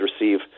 receive